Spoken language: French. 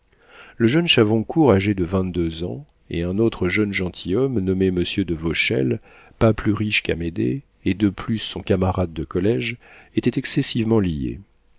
le jeune chavoncourt âgé de vingt-deux ans et un autre jeune gentilhomme nommé monsieur de vauchelles pas plus riche qu'amédée et de plus son camarade de collége étaient excessivement liés